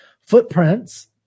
Footprints